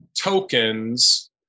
tokens